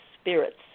spirits